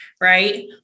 right